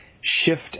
shift